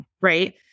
right